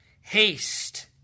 haste